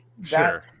Sure